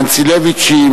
האנילביצ'ים